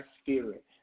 spirit